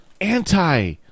anti